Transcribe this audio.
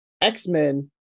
x-men